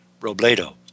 Robledo